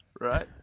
Right